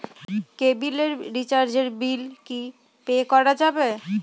কেবিলের রিচার্জের বিল কি পে করা যাবে?